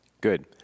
Good